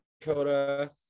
Dakota